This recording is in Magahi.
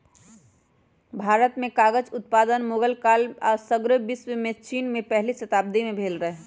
भारत में कागज उत्पादन मुगल काल में आऽ सग्रे विश्वमें चिन में पहिल शताब्दी में भेल रहै